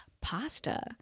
pasta